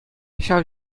ҫав